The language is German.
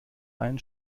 einen